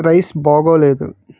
rice బాగోలేదు